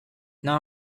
now